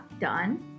done